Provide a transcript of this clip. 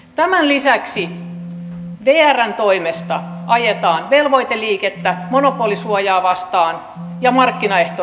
tämän lisäksi vrn toimesta ajetaan velvoiteliikennettä monopolisuojaa vastaan ja markkinaehtoista liikennettä